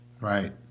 Right